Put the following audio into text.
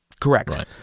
Correct